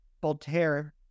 Voltaire